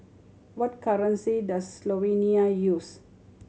what currency does Slovenia use